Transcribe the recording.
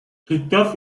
christophe